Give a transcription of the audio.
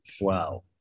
Wow